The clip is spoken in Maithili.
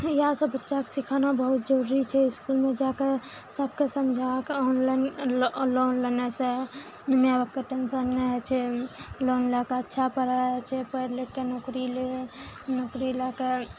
इएह सब बच्चाके सिखाना बहुत जरुरी छै इसकुलमे जाकऽ सबके समझाके ऑनलाइन लोन लेनेसँ मैआ बापके टेंशन नहि होइ छै लोन लै कऽ अच्छा पढ़ाइ होइ छै पढ़ि लिखके नौकरी ले नौकरी लै कऽ